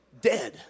dead